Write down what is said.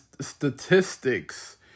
statistics